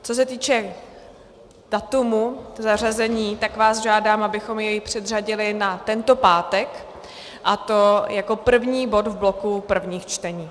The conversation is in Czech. Co se týče data zařazení, tak vás žádám, abychom jej předřadili na tento pátek, a to jako první bod v bloku prvních čtení.